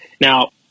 Now